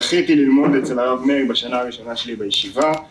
זכיתי ללמוד אצל הרב מאיר בשנה הראשונה שלי בישיבה